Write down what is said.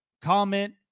comment